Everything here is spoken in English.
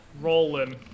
Rolling